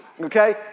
okay